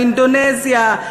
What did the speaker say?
באינדונזיה.